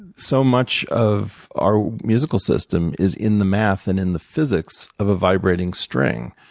so much of our musical system is in the math and in the physics of a vibrating string.